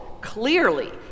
clearly